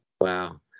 Wow